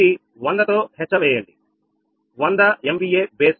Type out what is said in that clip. ఇది 100 తో హెచ్చవేయండి100 MVA బేస్